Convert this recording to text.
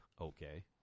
okay